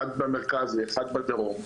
אחד במרכז ואחד בדרום.